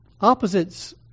Opposites